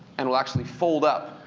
and will actually fold up,